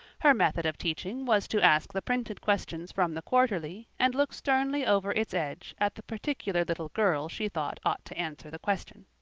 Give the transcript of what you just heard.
her method of teaching was to ask the printed questions from the quarterly and look sternly over its edge at the particular little girl she thought ought to answer the question.